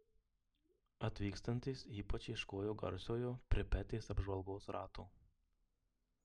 atvykstantys ypač ieškojo garsiojo pripetės apžvalgos rato